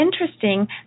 interesting